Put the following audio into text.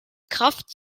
kraft